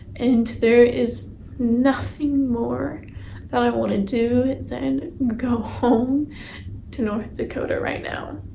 and there is nothing more that i want to do than go home to north dakota right now.